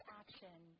action